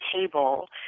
table